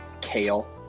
kale